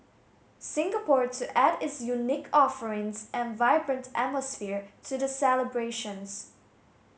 Singapore to add its unique offerings and vibrant atmosphere to the celebrations